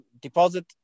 deposit